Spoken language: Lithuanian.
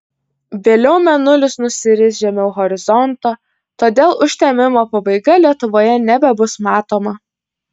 vėliau mėnulis nusiris žemiau horizonto todėl užtemimo pabaiga lietuvoje nebebus matoma